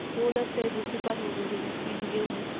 or less able to battle with his increasing illness,